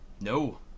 No